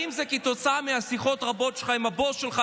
אם זה כתוצאה מהשיחות הרבות שלך עם הבוס שלך,